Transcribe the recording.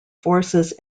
forces